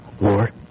Lord